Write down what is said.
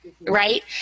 right